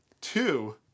Two